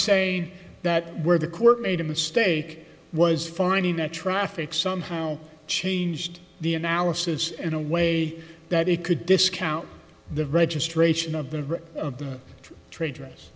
saying that where the court made a mistake was finding that traffic somehow changed the analysis and a way that it could discount the registration of the of the trade dress